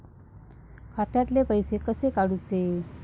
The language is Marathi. खात्यातले पैसे कसे काडूचे?